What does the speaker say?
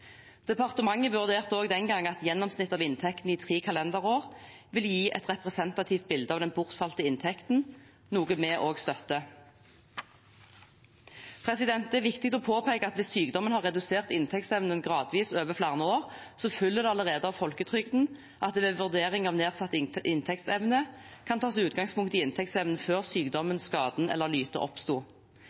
Departementet vurderte også den gangen at gjennomsnittet av inntekten i tre kalenderår ville gi et representativt bilde av den bortfalte inntekten, noe vi også støtter. Det er viktig å påpeke at hvis sykdommen har redusert inntektsevnen gradvis over flere år, følger det allerede av folketrygdloven at det ved vurdering av nedsatt inntektsevne kan tas utgangspunkt i inntektsevnen før sykdommen, skaden eller lytet oppsto.